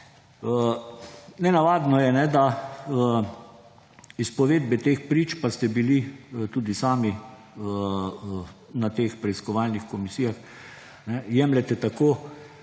Nenavadno je, da izpovedbe teh prič – pa ste bili tudi sami na teh preiskovalnih komisijah – jemljete tako